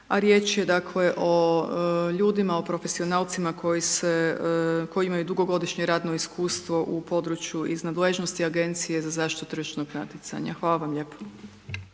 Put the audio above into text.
a riječ je o ljudima, o profesionalcima koji se, koji imaju dugogodišnje radno iskustvo u području iz nadležnosti Agencije za zaštitu tržišnog natjecanja. Hvala vam lijepo.